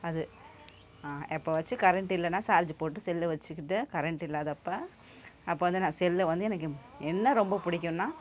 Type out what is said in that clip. அது எப்போவாச்சும் கரண்ட்டு இல்லைன்னா சார்ஜு போட்டு செல்லு வச்சுக்கிட்டு கரண்ட் இல்லாதப்போ அப்போ வந்து நான் செல்லை வந்து எனக்கு என்ன ரொம்ப பிடிக்குன்னா